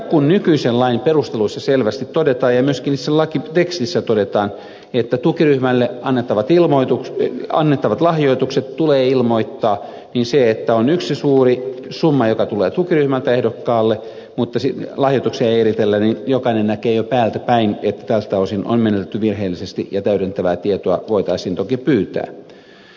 kun nykyisen lain perusteluissa selvästi todetaan ja myöskin itse lakitekstissä todetaan että tukiryhmälle annettavat lahjoitukset tulee ilmoittaa niin jos on yksi suuri summa joka tulee tukiryhmältä ehdokkaalle mutta lahjoituksia ei eritellä niin jokainen näkee jo päältä päin että tältä osin on menetelty virheellisesti ja täydentävää tietoa voitaisiin toki pyytää